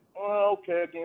okay